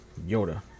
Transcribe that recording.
yoda